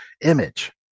image